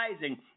rising